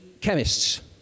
chemists